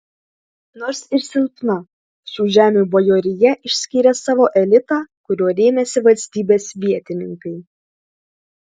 nors ir silpna šių žemių bajorija išskyrė savo elitą kuriuo rėmėsi valstybės vietininkai